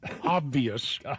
obvious